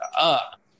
up